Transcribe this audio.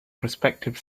prospective